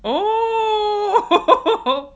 oh